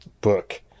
book